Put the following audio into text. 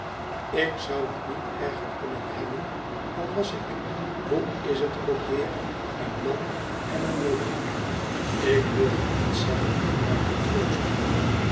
ik zou het niet erger kunnen hebben al was ik hoe is het ook weer een man en een broeder ik wilde iets zeggen om haar te troosten